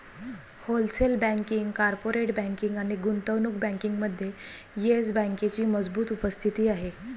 wholesale banking, corporate banking आणि गुंतवणूक बँकिंगमध्ये येस बँकेची मजबूत उपस्थिती आहे